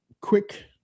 Quick